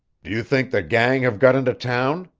do you think the gang have got into town?